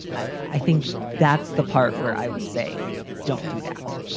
ah i think that's the part where i would say don't do that.